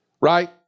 right